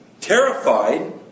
terrified